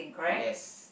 yes